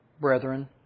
brethren